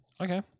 Okay